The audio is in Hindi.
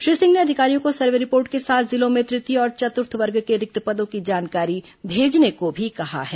श्री सिंह ने अधिकारियों को सर्वे रिपोर्ट के साथ जिलों में तृतीय और चतुर्थ वर्ग के रिक्त पदों की जानकारी भेजने को भी कहा है